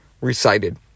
recited